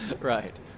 Right